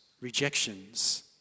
rejections